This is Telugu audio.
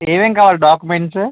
ఏమేమి కావాలి డాక్యుమెంట్సు